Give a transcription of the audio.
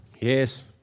yes